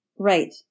Right